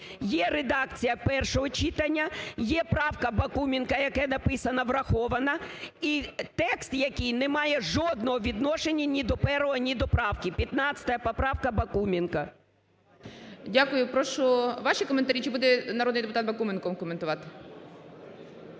є редакція першого читання, є правка Бакуменка, яка написано "враховано", і текст, який не має жодного відношення ні до першого, ні до правки. 15 поправка Бакуменка. ГОЛОВУЮЧИЙ. Дякую. Прошу, ваші коментарі? Чи буде народний депутат Бакуменко коментувати?